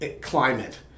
climate